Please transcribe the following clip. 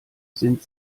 sind